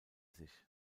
sich